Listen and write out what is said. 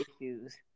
issues